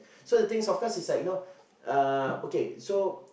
so the thing is of course is like you know uh okay so